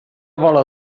bola